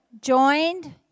Joined